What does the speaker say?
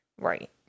Right